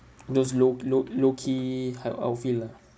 those low low low key hide outfield lah